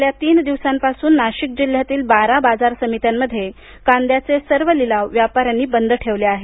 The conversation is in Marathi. गेल्या तीन दिवसांपासून नाशिक जिल्ह्यातील बारा बाजार समित्यांमध्ये कांद्याचे सर्व लिलाव व्यापाऱ्यांनी बंद ठेवले आहेत